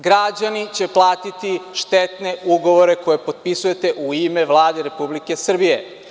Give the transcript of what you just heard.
Građani će platiti štetne ugovore koje potpisujete u ime Vlade Republike Srbije.